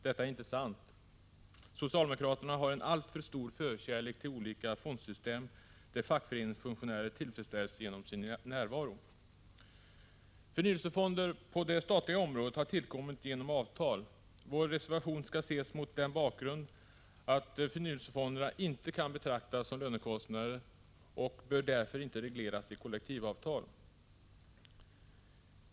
Detta är inte sant. Socialdemokraterna har en alltför stor förkärlek för olika fondsystem där fackföreningsfunktionärer tillfredsställs genom sin närvaro. Förnyelsefonder på det statliga området har tillkommit genom avtal. Vår reservation skall ses mot bakgrund av att förnyelsefonderna inte kan betraktas som lönekostnader och därför inte bör regleras i kollektivavtal.